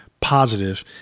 positive